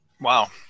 Wow